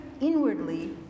inwardly